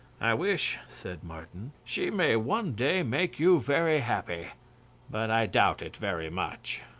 i wish, said martin, she may one day make you very happy but i doubt it very much.